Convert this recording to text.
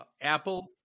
Apple